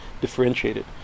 differentiated